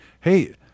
hey